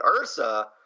Ursa